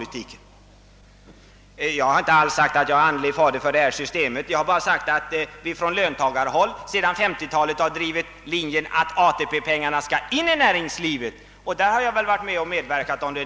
Jag har aldrig sagt att jag är andlig fader till detta system utan bara att vi från löntagarhåll sedan 1950-talet har drivit linjen att ATP-pengarna skall föras in i näringslivet, och där har jag medverkat.